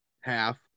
half